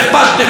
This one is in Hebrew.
הכפשתם,